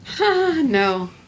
no